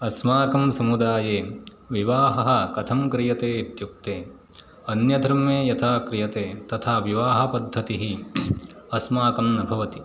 अस्माकं समुदाये विवाहः कथं क्रियते इत्युक्ते अन्यधर्मे यथा क्रियते तथा विवाहपद्धतिः अस्माकं न भवति